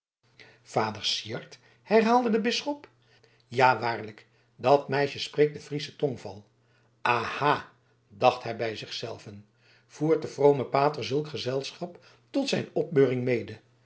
vader syard herhaalde de bisschop ja waarlijk dat meisje spreekt den frieschen tongval aha dacht hij bij zich zelven voert de vrome pater zulk gezelschap tot zijn opbeuring mede